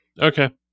Okay